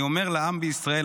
אני אומר לעם בישראל,